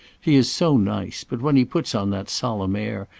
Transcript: he is so nice but when he puts on that solemn air,